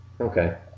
Okay